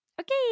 okay